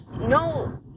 no